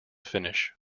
finnish